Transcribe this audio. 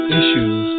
issues